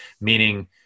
Meaning